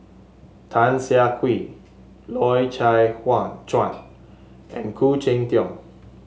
Tan Siah Kwee Loy Chye Chuan and Khoo Cheng Tiong